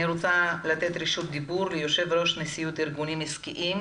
רוצה לתת רשות דיבור ליושב-ראש נשיאות ארגונים עסקיים,